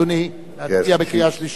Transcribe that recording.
אדוני, נצביע בקריאה שלישית.